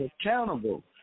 accountable